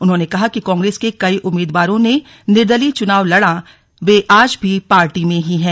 उन्होंने कहा कि कांग्रेस के कई उम्मीदवारों ने निर्दलीय चुनाव लड़ा वे आज भी पार्टी में ही हैं